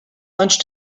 lunch